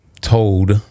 told